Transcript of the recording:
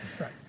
right